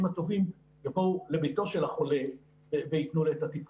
הטובים יבואו לביתו של החולה וייתנו לו את הטיפול.